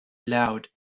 loud